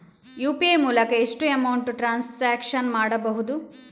UPI ಮೂಲಕ ಎಷ್ಟು amount transaction ಮಾಡಬಹುದು?